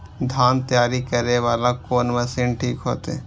धान तैयारी करे वाला कोन मशीन ठीक होते?